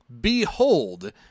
Behold